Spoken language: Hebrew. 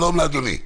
שלום, אדוני.